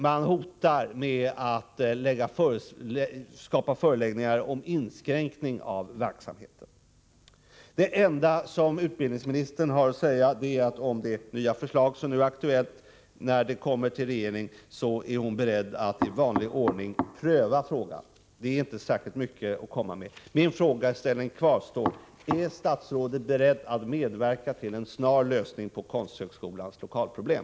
Man hotar med föreläggande om inskränkning i verksamheten. Det enda som utbildningsministern har att säga är att när det nya förslag som nu är aktuellt kommer till regeringen, så är hon beredd att i vanlig ordning pröva frågan. Det är inte särskilt mycket att komma med. Min fråga kvarstår: Är statsrådet beredd att medverka till en snar lösning på Konsthögskolans lokalproblem?